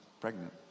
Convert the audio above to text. pregnant